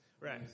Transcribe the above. right